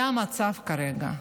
זה המצב כרגע.